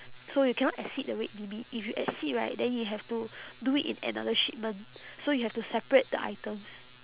so you cannot exceed the weight limit if you exceed right then you have to do it in another shipment so you have to separate the items